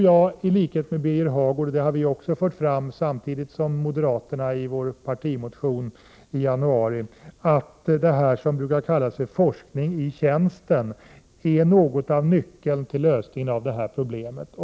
I likhet med moderaterna har vi i vår partimotion i januari fört fram att det som brukar kallas för forskning i tjänsten är något av nyckeln till lösningen av detta problem.